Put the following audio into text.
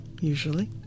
Usually